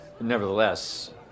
Nevertheless